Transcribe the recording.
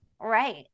right